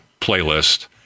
playlist